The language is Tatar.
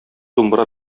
думбра